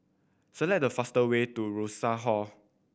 select the fastest way to Rosas Hall